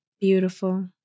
Beautiful